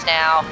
now